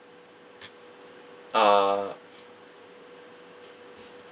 uh